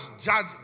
judge